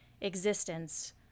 existence